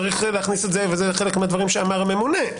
ויש להכניס את זה וזה חלק מהדברים שאמר הממונה,